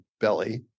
belly